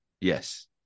Yes